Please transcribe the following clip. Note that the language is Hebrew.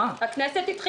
מתי החלה פעילות הכנסת?